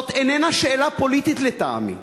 זאת איננה שאלה פוליטית, לטעמי.